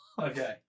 Okay